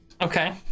Okay